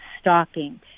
stalking